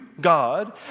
God